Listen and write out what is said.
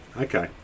Okay